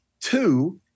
two